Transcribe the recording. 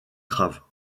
graves